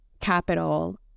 capital